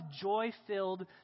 joy-filled